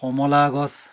কমলা গছ